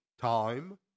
Time